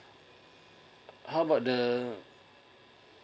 how about the